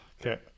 Okay